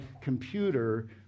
computer